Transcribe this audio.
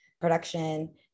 production